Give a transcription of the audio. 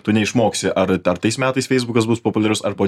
tu neišmoksi ar dar tais metais feisbukas bus populiarus ar po